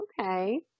Okay